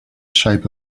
shape